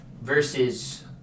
versus